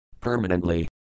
permanently